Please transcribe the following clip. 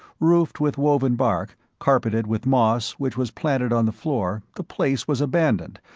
roofed with woven bark, carpeted with moss which was planted on the floor, the place was abandoned,